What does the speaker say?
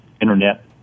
internet